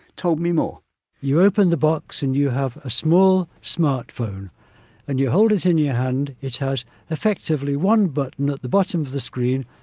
told me more wilson-hinds you open the box and you have a small smartphone and you hold it in your hand, it has effectively one button at the bottom of the screen,